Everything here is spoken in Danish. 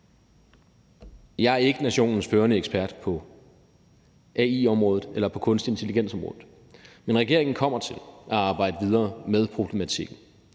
Jeg er ikke nationens førende ekspert på AI-området, eller på kunstig intelligens-området, men regeringen kommer til at arbejde videre med problematikken.